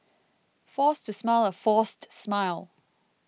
force to smile a forced smile